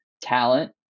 talent